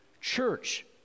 church